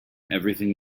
everything